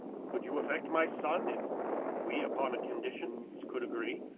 could you affect my son, if we upon conditions could agree?